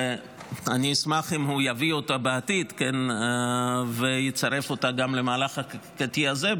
ואני אשמח אם הוא יביא אותה בעתיד ויצרף אותה גם למהלך החקיקתי הזה.